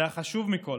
והחשוב מכול,